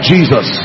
Jesus